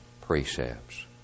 precepts